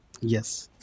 Yes